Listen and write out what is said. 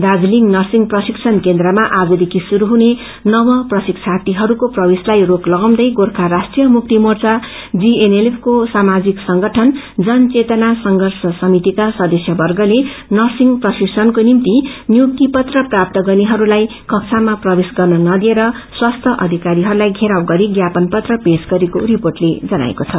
Darjeeling nursing प्रशिक्षण केन्द्रमा आजदेखि शुरू हुने नव प्रशिक्षणार्थीहरूको प्रवेशताई रोक लगाउँदै गोर्खा राष्ट्रीय मुक्ति मोर्चा जीएनएलएफ को सामाजिक संगठन जन चेतना संघर्ष समिति का सदस्यवर्गते नर्सिग प्रशिबणको निम्ति नियुक्ती फत्र प्राप्त गर्नेहरूलाई कक्षामा प्रवेश गर्न नदिएर स्वास्थ्य अधिकारीहरूलाई घेराव गरि ज्ञापन पत्र पेश गरेको रिपोटले जनाएको छ